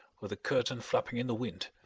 with the curtain flapping in the wind.